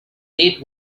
did